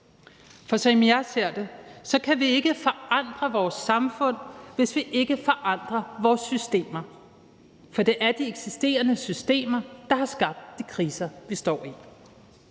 mod. Som jeg ser det, kan vi ikke forandre vores samfund, hvis vi ikke forandrer vores systemer, for det er de eksisterende systemer, der har skabt de kriser, vi står i.